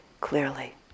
clearly